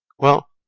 well,